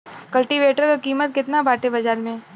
कल्टी वेटर क कीमत केतना बाटे बाजार में?